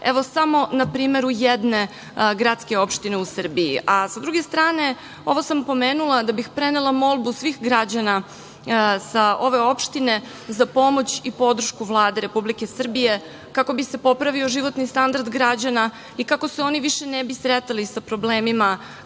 Evo samo na primeru jedne gradske opštine u Srbiji, a sa druge strane ovo sam pomenula da bih prenela molbu svih građana sa ove opštine za pomoć i podršku Vlade Republike Srbije, kako bi se popravio životni standard građana i kako se oni više ne bi sretali sa problemima